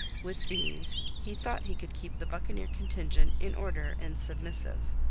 with these he thought he could keep the buccaneer contingent in order and submissive.